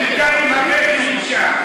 בינתיים המלל נמשך.